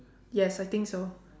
yes I think so